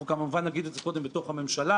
אנחנו כמובן נגיד את זה קודם בתוך הממשלה,